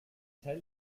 teil